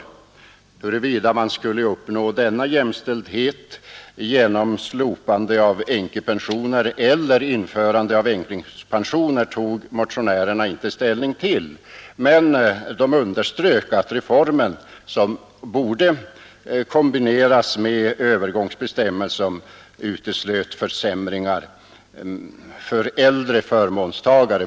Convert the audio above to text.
Frågan huruvida man skulle uppnå denna jämställdhet genom slopande av änkepensionerna eller genom införande av änklingspensioner tog motionärerna inte ställning till men underströk att reformen borde kombineras med övergångsbestämmelser som uteslöt försämringar för äldre förmånstagare.